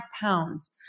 pounds